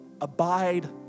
abide